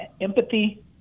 empathy